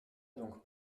donc